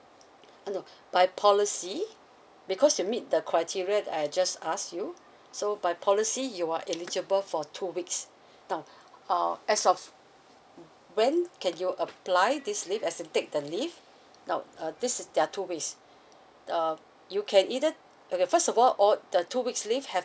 uh no by policy because you meet the criteria that I just asked you so by policy you are eligible for two weeks now uh as of mm when can you apply this leave as in take the leave now uh this is there are two ways uh you can either okay first of all all the two weeks leave have